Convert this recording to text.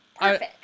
perfect